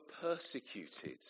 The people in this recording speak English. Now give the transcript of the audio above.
persecuted